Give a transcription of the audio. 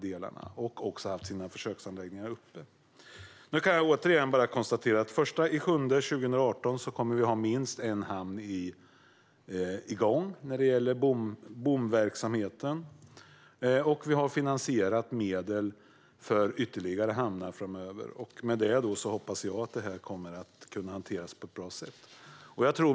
De har också haft sina försöksanläggningar uppe. Jag kan återigen bara konstatera att den 1 juli 2018 kommer vi att ha bomverksamhet igång i minst en hamn. Vi har finansierat medel för ytterligare hamnar framöver. I och med det hoppas jag att detta kommer att kunna hanteras på ett bra sätt.